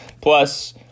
Plus